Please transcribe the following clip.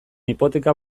hipoteka